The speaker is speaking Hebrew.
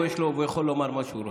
והוא יכול לומר מה שהוא רוצה.